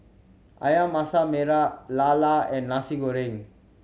Ayam Masak Merah lala and Nasi Goreng